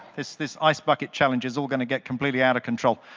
this this ice bucket challenge is all going to get completely out of control.